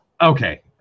Okay